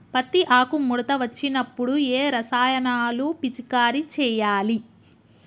పత్తి ఆకు ముడత వచ్చినప్పుడు ఏ రసాయనాలు పిచికారీ చేయాలి?